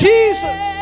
Jesus